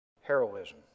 heroism